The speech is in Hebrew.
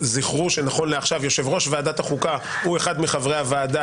זכרו שנכון לעכשיו יושב-ראש ועדת החוקה הוא אחד מחברי הוועדה